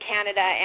Canada